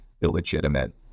illegitimate